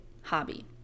hobby